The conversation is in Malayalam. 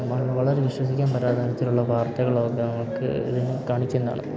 വളരെ വിശ്വസിക്കാൻ പറ്റാത്ത തരത്തിലുള്ള വാർത്തകളൊക്കെ നമുക്ക് ഇതില് കാണിക്കുന്നതാണ്